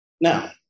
Now